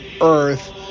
earth